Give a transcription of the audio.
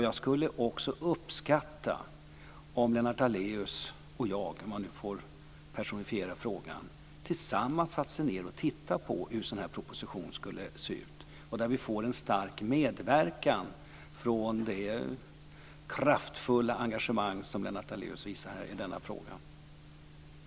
Jag skulle också uppskatta om Lennart Daléus och jag, om jag nu får personifiera frågan, tillsammans satte oss ned och tittade på hur en sådan här proposition skulle kunna se ut så att vi får en medverkan från det kraftiga engagemang som Lennart Daléus visar i den här frågan.